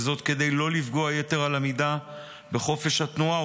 וזאת כדי לא לפגוע יתר על המידה בחופש התנועה,